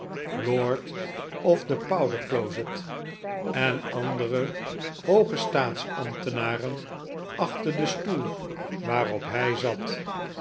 of the powder closet en andere hooge staatsambtenaren achter den stoel waarop hij zat